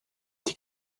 die